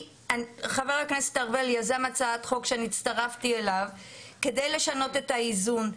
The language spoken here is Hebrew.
חבר הכנסת ארבל יזם הצעת חוק שאני הצטרפתי אליו כדי לשנות את האיזון,